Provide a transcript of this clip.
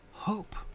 hope